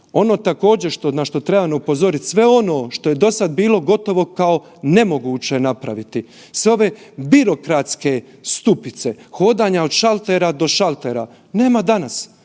Ono također na što trebam upozoriti sve ono što je do sada bilo gotovo kao nemoguće napraviti, sve ove birokratske stupice, hodanja od šaltera do šaltera nema danas,